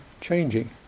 changing